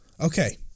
Okay